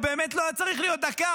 הוא באמת לא היה צריך להיות דקה,